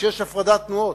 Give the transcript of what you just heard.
כשיש הפרדת תנועות.